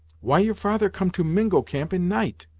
why your father come to mingo camp in night?